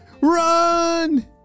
Run